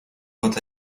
quant